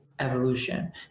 Evolution